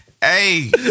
hey